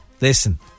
listen